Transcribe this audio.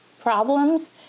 problems